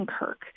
Kirk